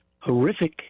horrific